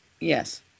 Yes